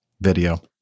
video